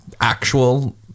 actual